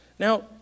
Now